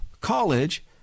college